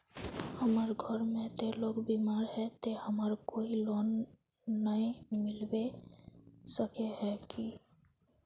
हमर घर में ते लोग बीमार है ते हमरा कोई लोन नय मिलबे सके है की?